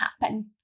happen